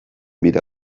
bira